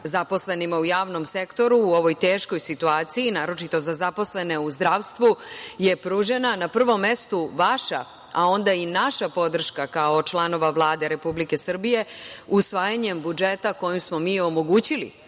zaposlenima u javnom sektoru, u ovoj teškoj situaciji, naročito za zaposlene u zdravstvu, je pružena na prvom mestu vaša, a onda i naša podrška kao članova Vlade Republike Srbije, usvajanjem budžeta kojim smo mi omogućili